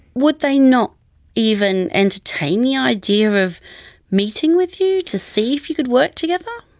would they not even entertain the idea of of meeting with you, to see if you could work together?